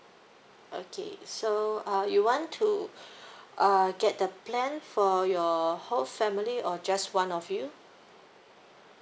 okay so uh you want to uh get the plan for your whole family or just one of you